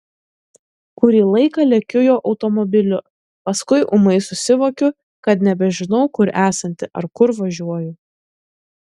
kurį laiką lekiu jo automobiliu paskui ūmai susivokiu kad nebežinau kur esanti ar kur važiuoju